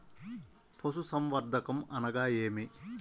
పశుసంవర్ధకం అనగా ఏమి?